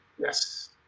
Yes